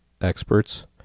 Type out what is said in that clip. experts